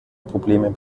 problemen